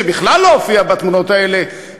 שבכלל לא הופיעה בתמונות האלה.